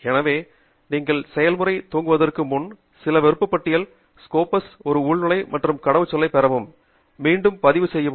எனவே நீங்கள் செயல்முறை துவங்குவதற்கு முன்னர் சில விருப்ப பட்டியல் ஸ்கோபுஸில் ஒரு உள்நுழைவு மற்றும் கடவுச்சொல்லைப் பெறவும் மீண்டும் பதிவு செய்யவும்